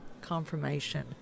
confirmation